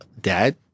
dad